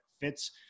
fits